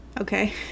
Okay